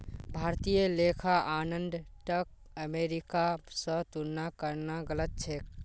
भारतीय लेखा मानदंडक अमेरिका स तुलना करना गलत छेक